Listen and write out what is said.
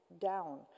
down